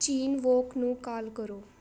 ਚੀਨ ਵੋਕ ਨੂੰ ਕਾਲ ਕਰੋ